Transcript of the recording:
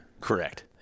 Correct